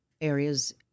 areas